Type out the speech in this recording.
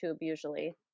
usually